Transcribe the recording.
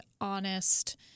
honest